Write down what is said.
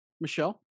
Michelle